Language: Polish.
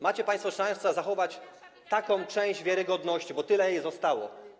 Macie państwo szansę zachować taką tylko oto część wiarygodności, bo tyle jej zostało.